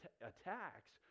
attacks